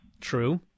True